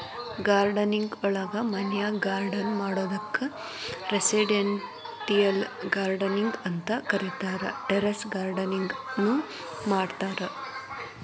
gardening ನೊಳಗ ಮನ್ಯಾಗ್ garden ಮಾಡೋದಕ್ಕ್ ರೆಸಿಡೆಂಟಿಯಲ್ ಗಾರ್ಡನಿಂಗ್ ಅಂತ ಕರೇತಾರ, ಟೆರೇಸ್ ಗಾರ್ಡನಿಂಗ್ ನು ಮಾಡ್ತಾರ